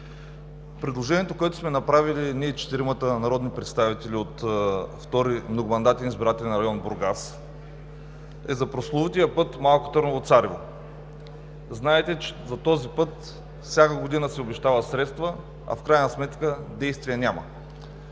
Предложението, което сме направили ние четиримата народни представители от Втори многомандатен избирателен Район – Бургас, е за прословутия път Малко Търново – Царево. Знаете, че за този път всяка година се обещават средства, а в крайна сметка действия няма.